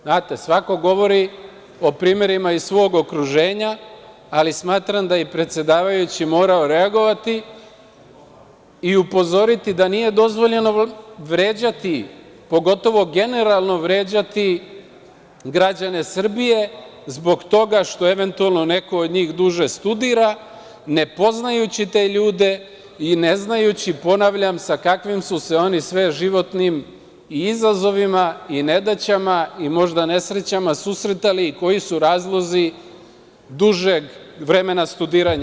Znate, svako govori o primerima iz svog okruženja, ali smatram da i predsedavajući morao reagovati, i upozoriti da nije dozvoljeno vređati, pogotovo generalno vređati građane Srbije, zbog toga što, eventualno neko od njih duže studira, ne poznajući te ljude i ne znajući, ponavljam, sa kakvim su se oni sve životnim izazovima i nedaćama i možda nesrećama, susretali, koji su razlozi dužeg vremena studiranja.